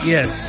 Yes